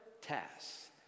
tasks